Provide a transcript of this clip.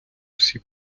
всі